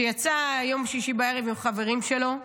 שיצא ביום שישי בערב עם חברים שלו לבלות,